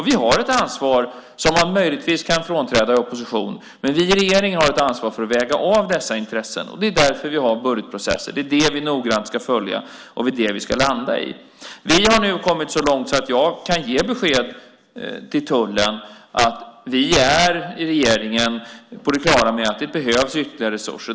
Vi har ett ansvar, som man möjligtvis kan frånträda i opposition, men vi i regeringen har ett ansvar för att väga av dessa intressen, och det är därför vi har budgetprocesser. Det är det vi noggrant ska följa, och det är det vi ska landa i. Vi har nu kommit så långt att jag kan ge besked till tullen att vi i regeringen är på det klara med att det behövs ytterligare resurser.